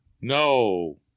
No